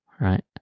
right